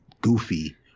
goofy